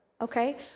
Okay